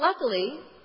Luckily